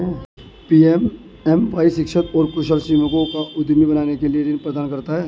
PMMY शिक्षित और कुशल श्रमिकों को उद्यमी बनने के लिए ऋण प्रदान करता है